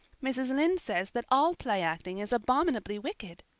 mrs. lynde says that all play-acting is abominably wicked.